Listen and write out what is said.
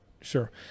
sure